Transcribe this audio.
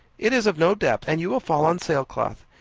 it is of no depth, and you will fall on sail-cloth.